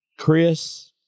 Chris